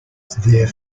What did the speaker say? their